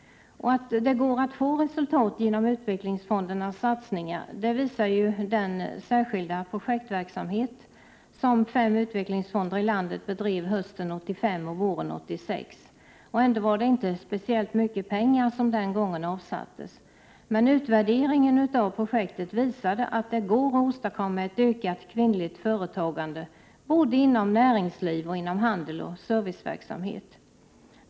Att det går att få resultat genom utvecklingsfondernas satsningar visar den särskilda projektverksamhet som fem utvecklingsfonder i landet bedrev hösten 1985 och våren 1986, och ändå var det inte speciellt mycket pengar som den gången avsattes. Utvärderingen av projektet visade att det går att åstadkomma ett ökat kvinnligt företagande både inom näringsliv och inom handel och serviceverksamhet.